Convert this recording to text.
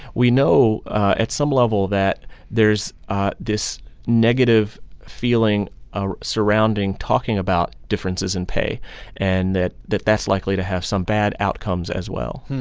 we know at some level that there's this negative feeling ah surrounding talking about differences in pay and that that that's likely to have some bad outcomes as well